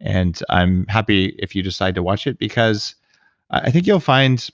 and i'm happy if you decide to watch it, because i think you'll find